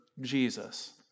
Jesus